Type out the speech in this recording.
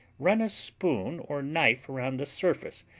run a spoon or knife around the surface,